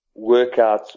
workouts